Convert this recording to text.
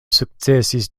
sukcesis